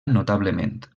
notablement